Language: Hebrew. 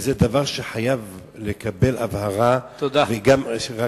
וזה דבר שחייב לקבל הבהרה, וגם, תודה.